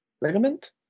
ligament